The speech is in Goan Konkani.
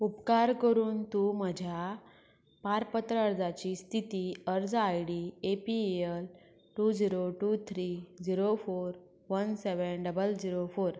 उपकार करून तूं म्हज्या पारपत्र अर्जाची स्थिती अर्ज I D A P A L two zero two three zero four one seven double zero four